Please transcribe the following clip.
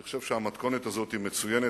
אני חושב שהמתכונת הזאת היא מצוינת.